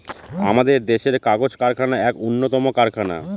আমাদের দেশের কাগজ কারখানা এক উন্নতম কারখানা